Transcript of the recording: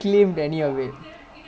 !hey! lah don't think long term lah